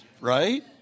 right